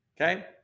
Okay